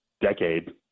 decade